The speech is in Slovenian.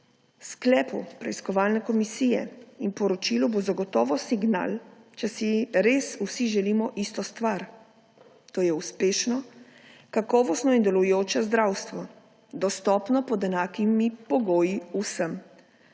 sklepom preiskovalne komisije in poročilu bo zagotovo signal, če si res vsi želimo isto stvar, to je uspešno, kakovostno in delujoče zdravstvo, dostopno pod enakimi pogoji vsem.